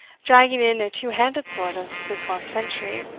dragging in a two-handed sword of the twelfth century.